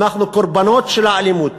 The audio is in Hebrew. אנחנו קורבנות של האלימות.